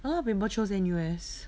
a lot of people chose N_U_S